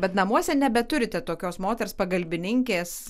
bet namuose ne neturite tokios moters pagalbininkės